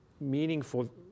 meaningful